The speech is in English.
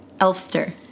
Elfster